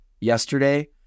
yesterday